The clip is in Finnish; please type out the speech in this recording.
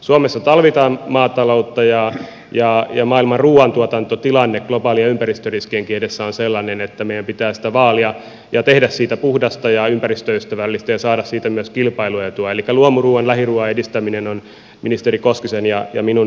suomessa tarvitaan maataloutta ja maailman ruuantuotantotilanne globaali ja ympäristöriskienkin edessä on sellainen että meidän pitää sitä vaalia ja tehdä siitä puhdasta ja ympäristöystävällistä ja saada siitä myös kilpailuetua elikkä luomuruuan lähiruuan edistäminen on ministeri koskisen ja minun yhteinen hanke